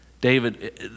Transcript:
David